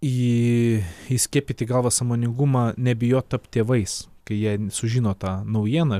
į įskiepyt į galvą sąmoningumą nebijot tapt tėvais kai jie sužino tą naujieną